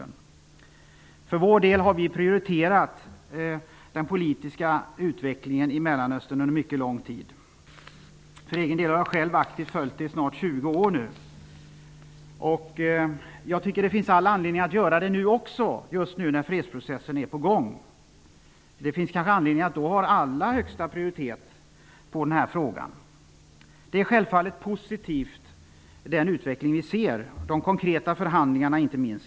Vi har för vår del under mycket lång tid prioriterat den politiska utvecklingen i Mellanöstern. Jag har själv faktiskt följt den i snart 20 år. Det finns all anledning att göra det nu också när fredsprocessen är på gång. Då kanske man bör ge denna fråga högsta prioritet. Den utveckling som vi ser är självfallet positiv -- de konkreta förhandlingarna inte minst.